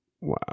Wow